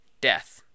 death